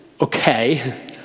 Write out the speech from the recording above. okay